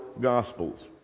Gospels